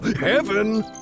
Heaven